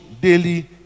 daily